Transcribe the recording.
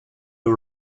who